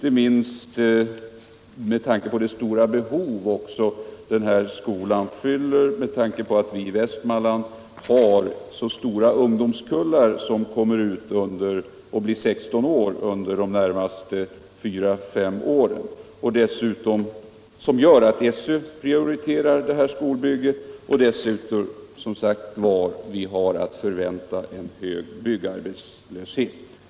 Den här skolan skulle fylla ett mycket det svenska stort behov, inte minst med tanke på att vi i Västmanland har stora = territorialhavet ungdomskullar, som uppnår 16 års ålder under de närmaste fyra fem åren. Detta gör det så angeläget att SÖ prioriterar det här skolbygget. Dessutom har vi, som sagt, att förvänta en hög byggarbetslöshet.